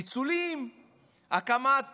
פיצולים, הקמת